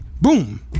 Boom